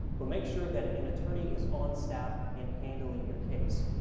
but make sure that an attorney is on staff and handling your case.